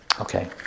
Okay